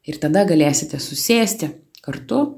ir tada galėsite susėsti kartu